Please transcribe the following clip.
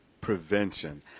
prevention